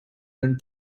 than